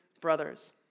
brothers